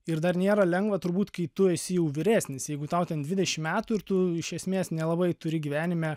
ir dar nėra lengva turbūt kai tu esi jau vyresnis jeigu tau ten dvidešim metų ir tu iš esmės nelabai turi gyvenime